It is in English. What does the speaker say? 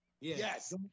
Yes